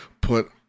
put